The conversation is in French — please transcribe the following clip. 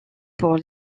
pour